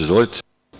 Izvolite.